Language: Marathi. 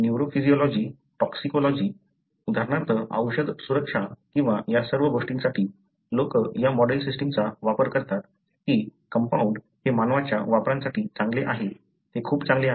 न्यूरोफिजियोलॉजी टॉक्सिकोलॉजी उदाहरणार्थ औषध सुरक्षा किंवा या सर्व गोष्टींसाठी लोक या मॉडेल सिस्टमचा वापर करतात की कंपाऊंड हे मानवाच्या वापरासाठी चांगले आहे ते खूप चांगले आहेत